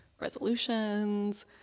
resolutions